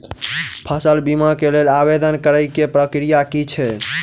फसल बीमा केँ लेल आवेदन करै केँ प्रक्रिया की छै?